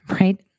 right